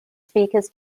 speakers